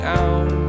out